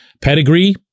pedigree